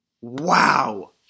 Wow